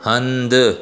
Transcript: हंधु